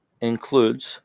includes